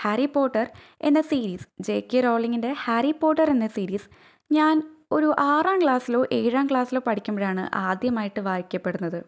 Harry Potter എന്ന series J K റോളിങ്ങിന്റെ Harry Potter എന്ന സീരീസ് ഞാന് ഒരു ആറാം ക്ലാസ്സിലോ എഴാം ക്ലാസ്സിലോ പഠിക്കുമ്പോഴാണ് ആദ്യമായിട്ട് വായിക്കപ്പെടുന്നത്